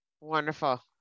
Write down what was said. Wonderful